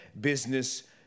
business